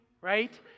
right